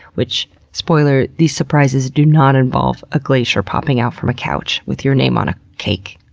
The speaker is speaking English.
which, spoiler, these surprises do not involve a glacier popping out from a couch with your name on a cake.